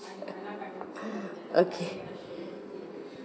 okay